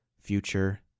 future